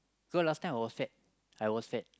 so last time I was fat I was fat